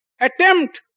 attempt